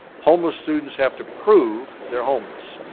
homeless students have to prove they're homeless.